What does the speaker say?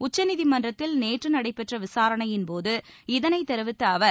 உச்சநீதிமன்றத்தில் நேற்று நடைபெற்ற விசாரணையின்போது இதனை தெரிவித்த அவர்